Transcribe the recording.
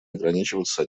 ограничиваться